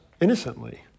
innocently